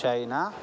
China